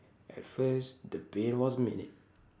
at first the pain was minute